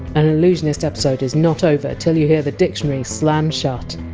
an allusionist episode is not over till you hear the dictionary slam shut!